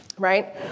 right